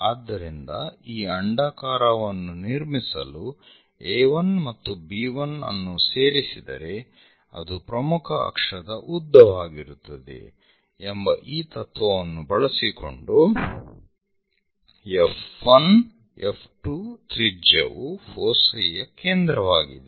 ಆದ್ದರಿಂದ ಈ ಅಂಡಾಕಾರವನ್ನು ನಿರ್ಮಿಸಲು A1 ಮತ್ತು B1 ಅನ್ನು ಸೇರಿಸಿ್ದರೆ ಅದು ಪ್ರಮುಖ ಅಕ್ಷದ ಉದ್ದವಾಗಿರುತ್ತದೆ ಎಂಬ ಈ ತತ್ವವನ್ನು ಬಳಸಿಕೊಂಡು F1 F2 ತ್ರಿಜ್ಯವು ಫೋಸೈ ಯ ಕೇಂದ್ರವಾಗಿದೆ